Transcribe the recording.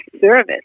service